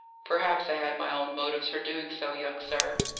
perhaps i had my own motives for doing so, young sir.